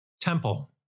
temple